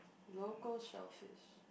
local shell fish